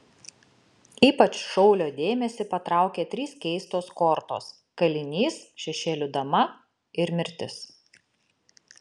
ypač šaulio dėmesį patraukia trys keistos kortos kalinys šešėlių dama ir mirtis